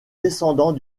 descendant